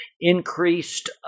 increased